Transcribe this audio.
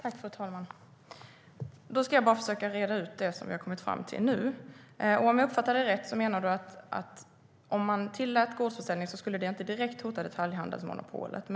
Fru talman! Jag ska försöka reda ut det som vi nu har kommit fram till. Om jag uppfattar dig rätt menar du att om man tillät gårdsförsäljning skulle det inte direkt hota detaljhandelsmonopolet.